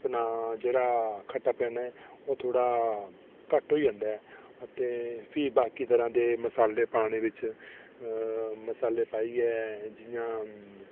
अपना जेह्ड़ा खट्टा कन्नै ओह् थोह्ड़ा घट्ट होई जंदा अते फ्ही बाकी तरह् दे मसाले पाने बिच मसाले पाइयै जि'यां